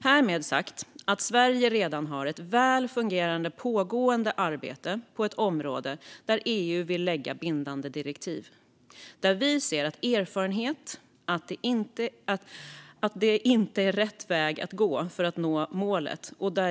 Sverige har redan ett väl fungerande pågående arbete på ett område där EU vill lägga bindande direktiv och där vi av erfarenhet ser att det inte är rätt väg att gå för att nå målet.